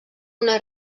una